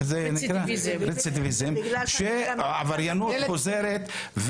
של עבריינות חוזרת.